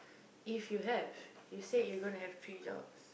if you have you said you gonna have three jobs